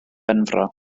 penfro